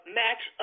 match